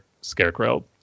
Scarecrow